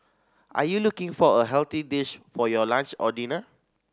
are you looking for a healthy dish for your lunch or dinner